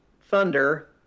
Thunder